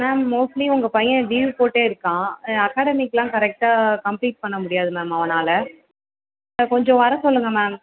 ma'am mostly உங்கள் பையன் leave போட்டே இருக்கான் அகாடமிக்கெலாம் கரெக்டாக கம்ப்ளீட் பண்ணமுடியாது மேம் அவனால் இப்போ கொஞ்சம் வர சொல்லுங்க மேம்